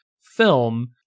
film